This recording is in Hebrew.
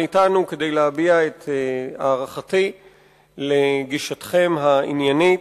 אתנו כדי להביע את הערכתי לגישתכם העניינית.